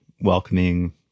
welcoming